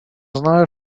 знаю